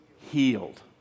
healed